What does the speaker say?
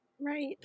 Right